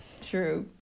True